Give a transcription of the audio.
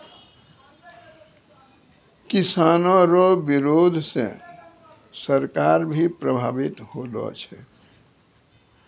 किसानो रो बिरोध से सरकार भी प्रभावित होलो छै